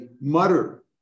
mutter